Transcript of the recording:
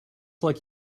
like